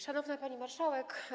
Szanowna Pani Marszałek!